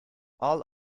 all